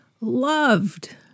loved